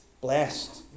Blessed